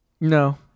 No